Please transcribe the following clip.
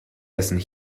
dessen